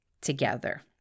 together